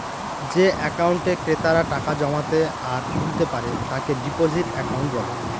যে একাউন্টে ক্রেতারা টাকা জমাতে আর তুলতে পারে তাকে ডিপোজিট একাউন্ট বলে